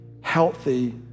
healthy